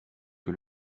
que